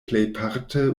plejparte